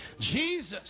Jesus